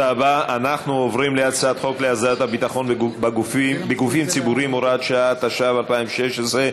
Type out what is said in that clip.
(תיקון, ביטול מבחן הכנסות), התשע"ו 2016,